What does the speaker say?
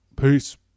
Peace